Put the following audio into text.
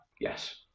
Yes